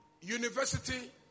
university